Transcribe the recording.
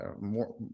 more